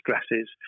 stresses